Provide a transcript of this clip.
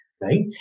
Right